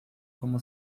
como